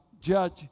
judge